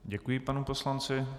Děkuji panu poslanci.